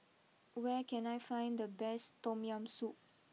where can I find the best Tom Yam Soup